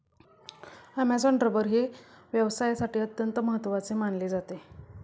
Amazon rubber हे व्यवसायासाठी अत्यंत महत्त्वाचे मानले जाते